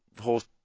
horse